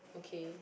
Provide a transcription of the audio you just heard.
okay